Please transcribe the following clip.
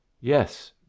Yes